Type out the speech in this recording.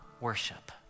worship